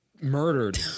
murdered